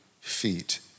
feet